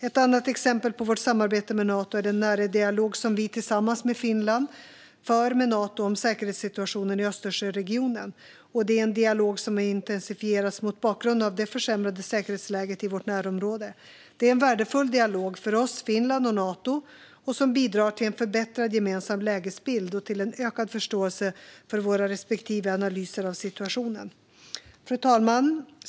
Ett annat exempel på vårt samarbete med Nato är den nära dialog som vi, tillsammans med Finland, för med Nato om säkerhetssituationen i Östersjöregionen. Det är en dialog som har intensifierats mot bakgrund av det försämrade säkerhetsläget i vårt närområde. Det är en värdefull dialog för oss, Finland och Nato. Den bidrar till en förbättrad gemensam lägesbild och till en ökad förståelse för våra respektive analyser av situationen. Fru talman!